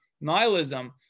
nihilism